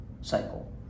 cycle